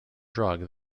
drug